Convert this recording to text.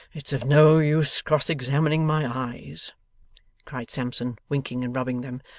it's of no use cross-examining my eyes cried sampson, winking and rubbing them,